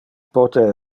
pote